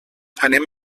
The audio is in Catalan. anem